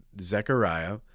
Zechariah